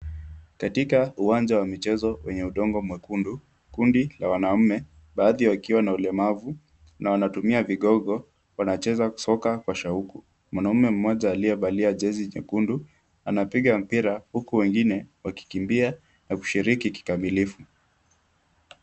Katika uwanja wa michezo wenye udongo mwekundu, kundi la wanaume baadhi wakiwa na ulemavu na wanatumia vigongo wanacheza soka kwa shauku. Mwanaume mmoja aliavalia jezi nyekundu, anapiga mpira huku wengine wakikimbia na kushiriki kikamilifu.